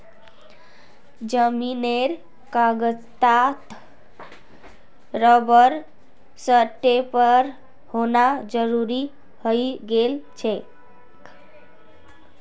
जमीनेर कागजातत रबर स्टैंपेर होना जरूरी हइ गेल छेक